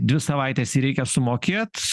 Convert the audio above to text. dvi savaites jį reikia sumokėt